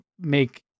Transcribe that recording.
make